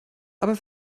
aber